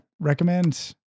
Recommend